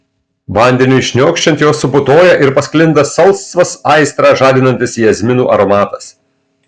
vandeniui šniokščiant jos suputoja ir pasklinda salsvas aistrą žadinantis jazminų aromatas